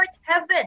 heaven